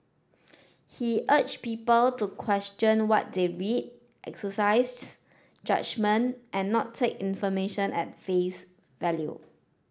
he urge people to question what they read exercises judgement and not take information at face value